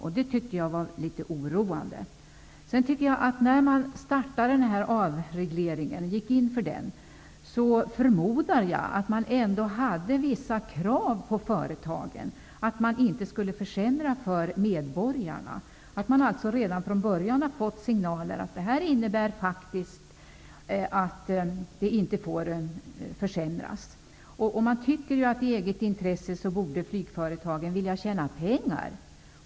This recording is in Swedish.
Det tyckte jag var litet oroande. När man gick in för den här avregleringen förmodar jag att man hade vissa krav på företagen, att de inte skulle försämra för medborgarna. De har väl redan från början fått signaler om att detta faktiskt innebär att situationen inte får försämras. Man tycker att flygföretagen i eget intresse borde vilja tjäna pengar.